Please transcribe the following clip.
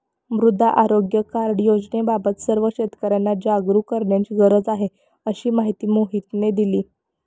मृदा आरोग्य कार्ड योजनेबाबत सर्व शेतकर्यांना जागरूक करण्याची गरज आहे, अशी माहिती मोहितने दिली